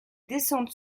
descentes